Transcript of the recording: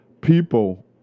people